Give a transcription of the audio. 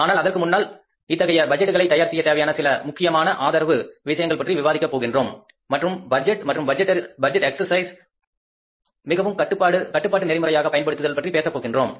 ஆனால் அதற்கு முன்னால் இத்தகைய பட்ஜெட்களை தயார் செய்ய தேவையான சில முக்கியமான ஆதரவு விஷயங்கள் பற்றி விவாதிக்க போகின்றோம் மற்றும் பட்ஜெட் மற்றும் பட்ஜெட் எக்சர்சிஸ் பயிற்சியை மிகவும் கட்டுப்பாட்டு நெறிமுறையாகப் பயன்படுத்துதல் பற்றி பேசப் போகின்றோம்